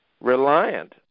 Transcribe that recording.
reliant